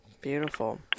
Beautiful